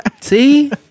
See